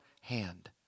hand